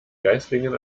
geislingen